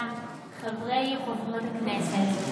ומדינת ישראל גם בשנה הקרובה וגם אחריה.